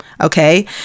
okay